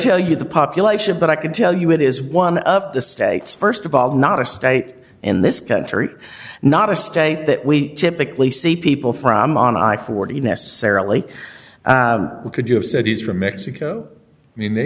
tell you the population but i can tell you it is one of the states st of all not a state in this country not a state that we typically see people from on i forty necessarily we could you have said he's from mexico i mean they